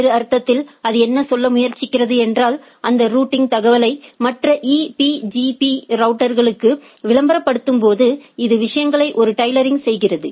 வேறு அர்த்தத்தில் அது என்ன சொல்ல முயற்சிக்கிறது என்றாள் அந்த ரூட்டிங் தகவலை மற்ற ஈபிஜிபி ரவுட்டர்களுக்கு விளம்பரப்படுத்தும் போது இது விஷயங்களை ஒரு டைலரிங் செய்கிறது